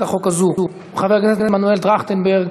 החוק הזאת: חבר הכנסת מנואל טרכטנברג,